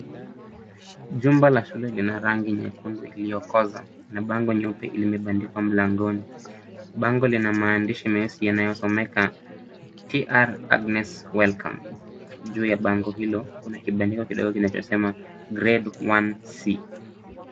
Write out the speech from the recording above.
Jumba la shule lina rangi nyekundu iliyokoza na bango nyeupe limebandikwa mlangoni. Bango lina maandishi meusi yanayosomeka Tr . Agnes Welcome . Juu ya bango hilo kuna kibandiko kidogo kinachosema Grade 1C .